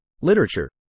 literature